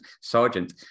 sergeant